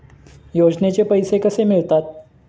योजनेचे पैसे कसे मिळतात?